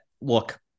look